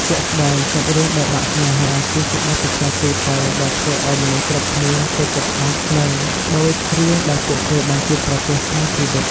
ជាក់ស្តែងសាច់រឿងបែកបាក់ស្នេហា គឺជាបទពិសោធន៍ទូទៅ ដែលធ្វើអោយមនុស្សគ្រប់គ្នាចូលចិត្តស្ដាប់ និងដូចរឿងដែលពួកគេបានជួបប្រទះក្នុងជីវិត។